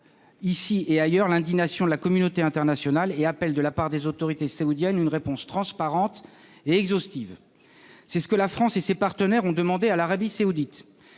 juste titre l'indignation de la communauté internationale et appelle, de la part des autorités saoudiennes, une réponse transparente et exhaustive. C'est ce que la France et ses partenaires ont demandé à l'Arabie saoudite.